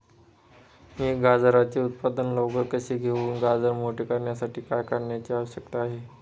मी गाजराचे उत्पादन लवकर कसे घेऊ? गाजर मोठे करण्यासाठी काय करण्याची आवश्यकता आहे?